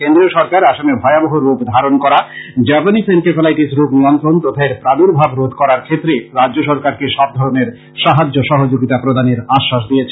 কেন্দ্রীয় সরকার আসামে ভয়াবহ রুপ ধারণ করা জাপানী এনকেফেলাটিস রোগ নিয়ন্ত্রণ তথা এর প্রাদুর্ভাব রোধ করার ক্ষেত্রে রাজ্য সরকারকে সবধরণের সাহায্য সহযোগীতা প্রদানের আশ্বাস দিয়েছে